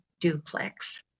duplex